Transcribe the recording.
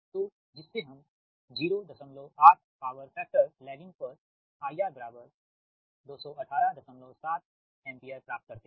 तो जिससे हम 08 पावर फैक्टर लैगिंग पर IR 2 187 एम्पीयर प्राप्त करते है